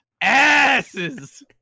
asses